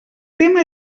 tema